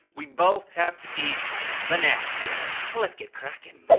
we both have to eat the nasty. yes. let's get crackin'.